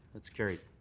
it's carried.